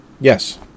Yes